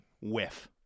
whiff